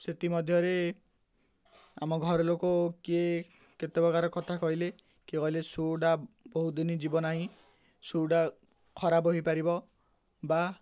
ସେଥିମଧ୍ୟରେ ଆମ ଘରଲୋକ କିଏ କେତେ ପ୍ରକାର କଥା କହିଲେ କିଏ କହିଲେ ସୁ'ଟା ବହୁତ ଦିନ ଯିବ ନାହିଁ ସୁ'ଟା ଖରାପ ହେଇପାରିବ ବା